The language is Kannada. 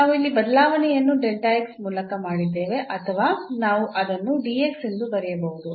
ನಾವು ಇಲ್ಲಿ ಬದಲಾವಣೆಯನ್ನು ಮೂಲಕ ಮಾಡಿದ್ದೇವೆ ಅಥವಾ ನಾವು ಅದನ್ನು ಎಂದು ಕರೆಯಬಹುದು